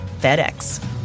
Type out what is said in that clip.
FedEx